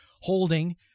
holding